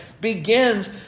begins